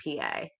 PA